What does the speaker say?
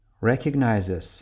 recognizes